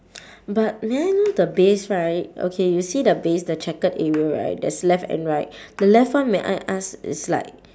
but may I know the base right okay you see the base the checkered area right there's left and right the left one may I ask is like